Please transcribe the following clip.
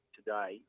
today